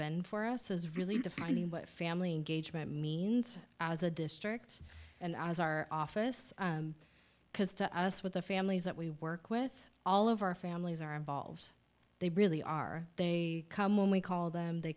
been for us is really defining what family gauged by means as a district and as our office because to us with the families that we work with all of our families are involved they really are they come when we call them they